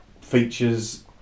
features